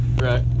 right